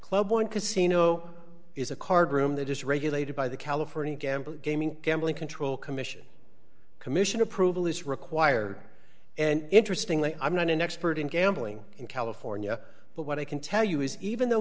club one casino is a card room that is regulated by the california gambler gaming gambling control commission commission approval is required and interestingly i'm not an expert in gambling in california but what i can tell you is even though